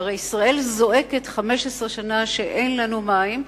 שהרי ישראל זועקת 15 שנה שאין לנו מים,